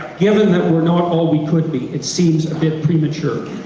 given that we're not all we could be, it seems a bit premature.